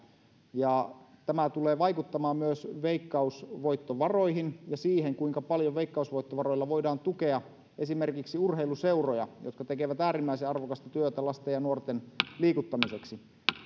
tämä tulee vaikuttamaan myös veikkausvoittovaroihin ja siihen kuinka paljon veikkausvoittovaroilla voidaan tukea esimerkiksi urheiluseuroja jotka tekevät äärimmäisen arvokasta työtä lasten ja nuorten liikuttamiseksi